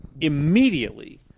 immediately